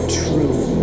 true